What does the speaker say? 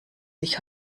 sich